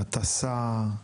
הטסה,